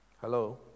Hello